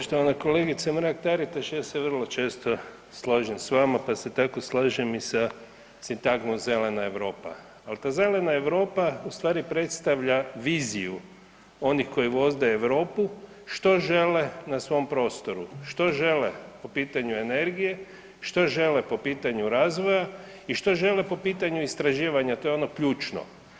Poštovana kolegice Mrak Taritaš, ja se vrlo često složim s vama pa se tako slažem i sa sintagmom Zelena Europa, ali ta Zelena Europa ustvari predstavlja viziju onih koji vode Europu što žele na svom prostoru, što žele po pitanju energije, što žele po pitanju razvoja i što žele po pitanju istraživanja to je ono ključno.